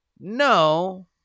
No